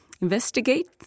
investigate